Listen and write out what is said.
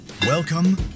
Welcome